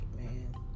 man